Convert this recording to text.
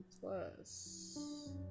plus